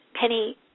Penny